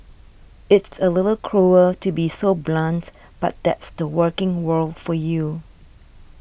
it's a little cruel to be so blunt but that's the working world for you